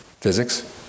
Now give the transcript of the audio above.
Physics